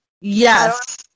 Yes